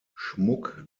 schmuck